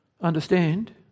Understand